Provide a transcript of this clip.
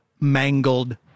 Mangled